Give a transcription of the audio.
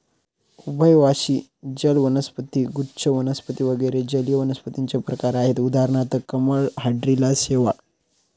उभयवासी जल वनस्पती, गुच्छ वनस्पती वगैरे जलीय वनस्पतींचे प्रकार आहेत उदाहरणार्थ कमळ, हायड्रीला, शैवाल